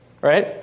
Right